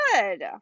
good